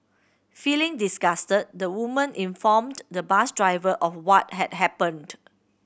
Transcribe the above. feeling disgusted the woman informed the bus driver of what had happened